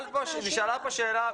נשאלה פה שאלה,